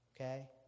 Okay